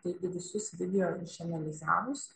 taigi visus video išanalizavus